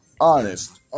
honest